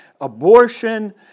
abortion